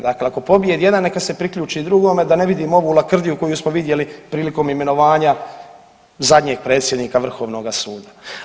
Dakle, ako pobijedi jedan neka se priključi drugome, da ne vidim ovu lakrdiju koju smo vidjeli prilikom imenovanja zadnjeg predsjednika Vrhovnoga suda.